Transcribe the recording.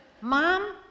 Mom